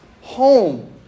home